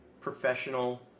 professional